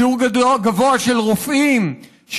שיעור גבוה של רופאים,